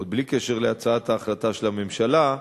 עוד בלי קשר להצעת ההחלטה של הממשלה,